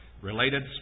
related